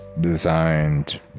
designed